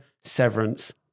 Severance